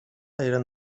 eren